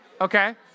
Okay